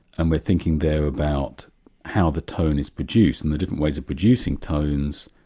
and we're thinking there about how the tone is produced, and the different ways of producing tones,